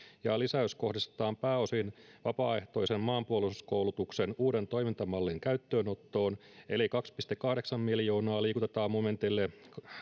ja lisäys kohdistetaan pääosin vapaaehtoisen maanpuolustuskoulutuksen uuden toimintamallin käyttöönottoon eli kaksi pilkku kahdeksan miljoonaa liikutetaan momentille